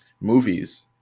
movies